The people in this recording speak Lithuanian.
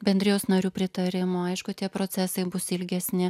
bendrijos narių pritarimo aišku tie procesai bus ilgesni